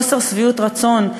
חוסר שביעות רצון,